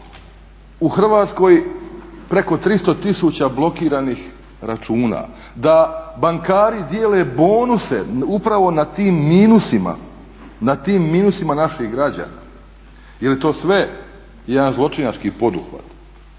u Hrvatskoj preko 300 tisuća blokiranih računa, da bankari dijele bonuse upravo na tim minusima, na tim minusima naših građana. Je li to sve jedan zločinački poduhvat?